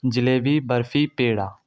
jalebi barfi پیڑا